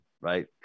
right